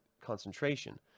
concentration